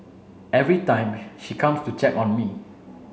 every time she comes to check on me